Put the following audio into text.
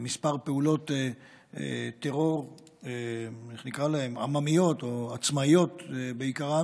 שהיו בהם כמה פעולות טרור עממיות או עצמאיות בעיקרן,